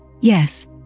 yes